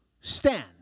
stand